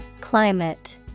Climate